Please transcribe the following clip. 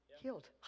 healed